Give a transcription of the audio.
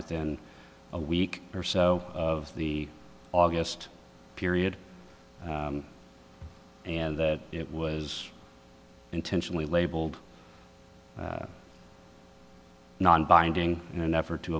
within a week or so of the august period and that it was intentionally labeled nonbinding in an effort to